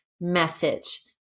message